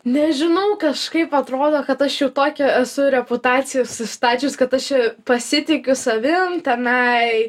nežinau kažkaip atrodo kad aš jau tokią esu reputaciją susistačius kad aš čia pasitikiu savim tenai